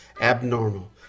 abnormal